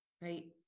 Right